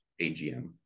AGM